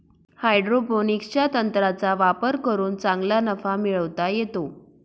हायड्रोपोनिक्सच्या तंत्राचा वापर करून चांगला नफा मिळवता येतो